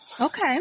Okay